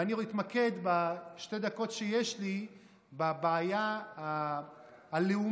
ואני אתמקד בשתי הדקות שיש לי בבעיה הלאומית,